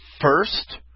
first